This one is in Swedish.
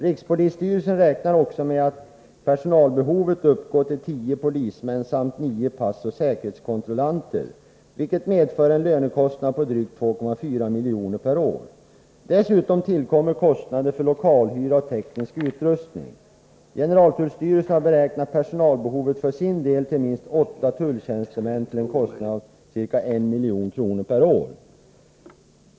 Rikspolisstyrelsen räknar också med att personalbehovet uppgår till tio polismän samt nio passoch säkerhetskontrollanter, vilket medför en lönekostnad på drygt 2,4 miljoner per år. Dessutom tillkommer kostnader för lokalhyra och teknisk utrustning. Generaltullstyrelsen har för sin del beräknat personalbehovet till minst åtta tulltjänstemän till en kostnad av ca 1 milj.kr. per år.